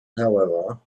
however